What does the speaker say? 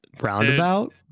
roundabout